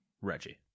Reggie